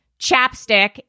chapstick